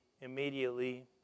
immediately